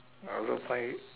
I also find